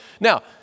Now